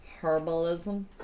Herbalism